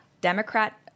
Democrat